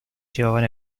llevaban